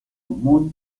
muy